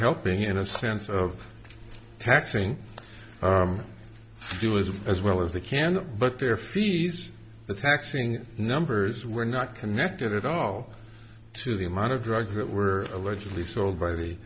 helping in a sense of taxing duis as well as they can but their fees the taxing numbers were not connected at all to the amount of drugs that were allegedly sold by the